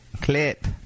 Clip